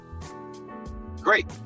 Great